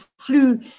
flu